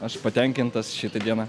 aš patenkintas šita diena